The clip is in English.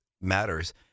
matters